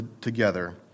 together